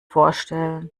vorstellen